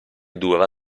dura